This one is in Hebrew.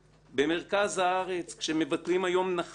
במרכז הארץ, כשמבטלים היום נחלות,